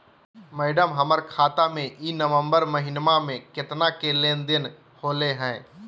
madam, हमर खाता में ई नवंबर महीनमा में केतना के लेन देन होले है